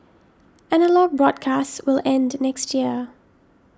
analogue broadcasts will end next year